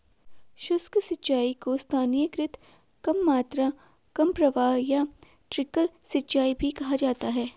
सूक्ष्म सिंचाई को स्थानीयकृत कम मात्रा कम प्रवाह या ट्रिकल सिंचाई भी कहा जाता है